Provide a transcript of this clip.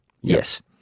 Yes